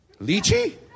Lychee